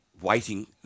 waiting